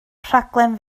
rhaglen